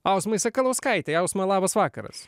autoriui sakalauskaitė jausmą labas vakaras